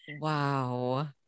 Wow